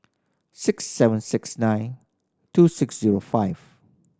six seven six nine two six zero five